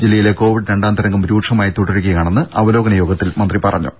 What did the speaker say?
ജില്ലയിലെ കോവിഡ് രണ്ടാംതരംഗം രൂക്ഷമായി തുടരുകയാണെന്ന് അവലോകനയോഗത്തിൽ മന്ത്രി പറഞ്ഞു